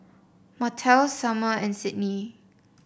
Martell Sumner and Sydney